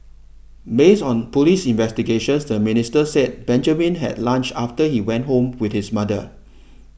based on police investigations the minister said Benjamin had lunch after he went home with his mother